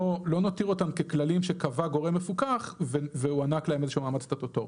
נותיר אותם ככללים שקבע גורם מפוקח והוענק להם איזשהו מעמד סטטוטורי.